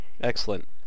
Excellent